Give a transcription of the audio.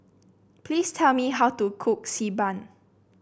please tell me how to cook Xi Ban